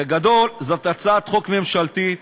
בגדול, זאת הצעת חוק ממשלתית